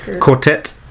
quartet